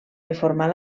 reformar